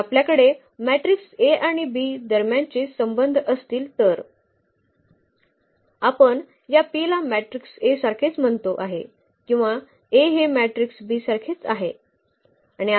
जर आपल्याकडे matrix A आणि B दरम्यानचे संबंध असतील तर आपण या P ला मॅट्रिक्स A सारखेच म्हणतो आहे किंवा A हे मॅट्रिक्स B सारखेच आहे